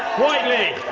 whitely!